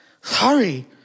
Sorry